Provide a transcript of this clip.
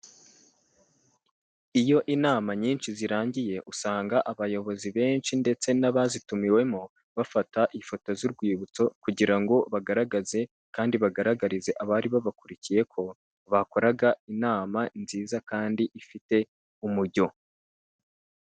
Iyo inama nyinshi zirangiye usanga abayobozi benshi ndetse n'abazitumiwemo bafata ifoto z'urwibutso, kugira ngo bagaragaze kandi bagaragarize abari babakurikiye ko bakoraga inama nziza kandi ifite umujyo.